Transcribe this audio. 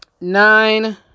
nine